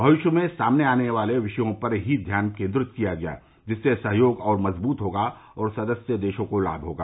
भविष्य में सामने आने वाले विषयों पर ही ध्यान केन्द्रीत किया जिससे सहयोग और मजबूत होगा और सदस्य देशों को लाभ होगा